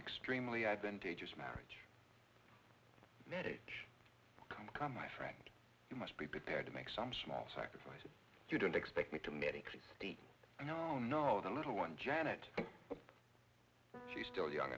extremely advantageous marriage marriage come come my friend you must be prepared to make some small sacrifices you don't expect me to make sixty no no the little one janet she's still young